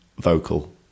vocal